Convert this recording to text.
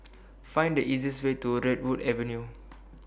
Find The eastest Way to Redwood Avenue